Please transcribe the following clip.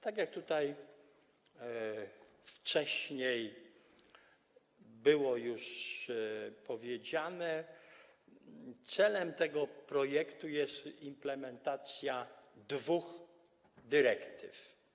Tak jak tutaj wcześniej było już powiedziane, celem tego projektu jest implementacja dwóch dyrektyw.